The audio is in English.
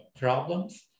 problems